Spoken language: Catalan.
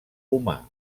humà